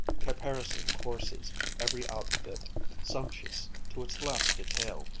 caparisoned horses, every outfit sumptuous to its last detail,